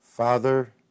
Father